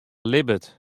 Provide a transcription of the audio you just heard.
libbet